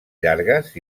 llargues